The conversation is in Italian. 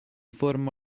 forma